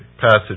passage